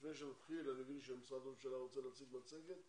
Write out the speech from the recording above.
לפני שנתחיל אני מבין שמשרד ראש הממשלה רוצה להציג מצגת.